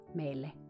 meille